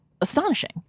astonishing